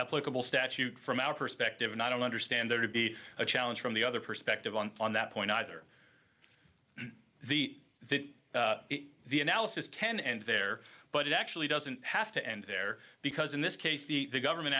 applicable statute from our perspective and i don't understand there to be a challenge from the other perspective on on that point either the the the analysis can and there but it actually doesn't have to end there because in this case the government